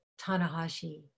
Tanahashi